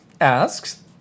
asks